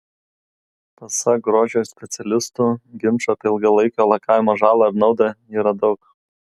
pasak grožio specialistų ginčų apie ilgalaikio lakavimo žalą ar naudą yra daug